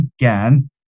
again